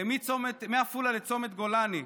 מעפולה לצומת גולני,